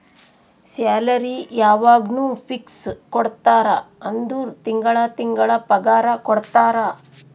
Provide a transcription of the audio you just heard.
salary ಯವಾಗ್ನೂ fix ಕೊಡ್ತಾರ ಅಂದುರ್ ತಿಂಗಳಾ ತಿಂಗಳಾ ಪಗಾರ ಕೊಡ್ತಾರ